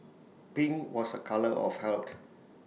pink was A colour of health